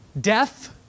death